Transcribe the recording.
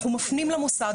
אנחנו מפנים למוסד.